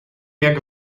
jak